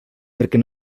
perquè